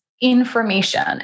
information